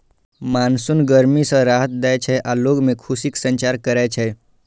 monsoon गर्मी सं राहत दै छै आ लोग मे खुशीक संचार करै छै